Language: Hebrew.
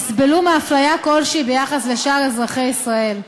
יסבלו מהפליה כלשהי ביחס לשאר אזרחי ישראל.